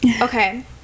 okay